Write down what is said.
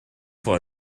for